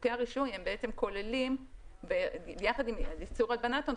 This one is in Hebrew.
חוקי הרישוי כוללים יחד עם איסור הלבנת הון,